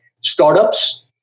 startups